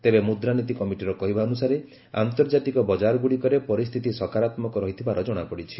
ତେବେ ମୁଦ୍ରାନୀତି କମିଟିର କହିବା ଅନୁସାରେ ଆନ୍ତର୍ଜାତିକ ବକାରଗୁଡ଼ିକରେ ପରିସ୍ଥିତି ସକାରାତ୍ମକ ରହିଥିବାର ଜଣାପଡ଼ିଛି